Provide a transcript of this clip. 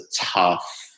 tough